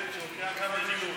גם אני.